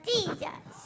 Jesus